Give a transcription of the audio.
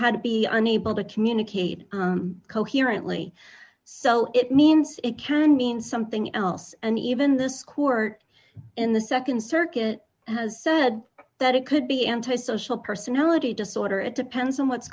had to be unable to communicate coherently so it means it can mean something else and even the score in the nd circuit has said that it could be antisocial personality disorder it depends on what's